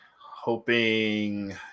hoping